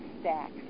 stacks